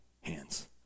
hands